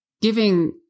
giving